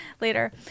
later